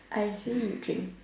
I say you drink